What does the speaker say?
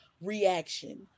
reaction